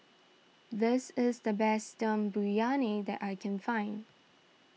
this is the best Dum Briyani that I can find